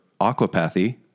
aquapathy